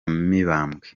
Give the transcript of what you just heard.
mibambwe